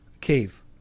cave